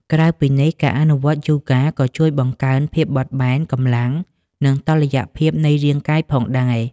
ក្រៅពីនេះ ការអនុវត្តយូហ្គាក៏ជួយ បង្កើនភាពបត់បែន កម្លាំង និងតុល្យភាព នៃរាងកាយផងដែរ។